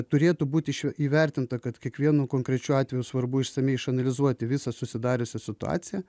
turėtų būti įvertinta kad kiekvienu konkrečiu atveju svarbu išsamiai išanalizuoti visą susidariusią situaciją